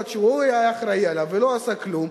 שהוא היה אחראי להן ולא עשה כלום,